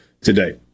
today